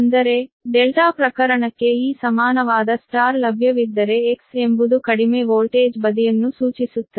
ಅಂದರೆ ∆ ಪ್ರಕರಣಕ್ಕೆ ಈ ಸಮಾನವಾದ Y ಲಭ್ಯವಿದ್ದರೆ X ಎಂಬುದು ಕಡಿಮೆ ವೋಲ್ಟೇಜ್ ಬದಿಯನ್ನು ಸೂಚಿಸುತ್ತದೆ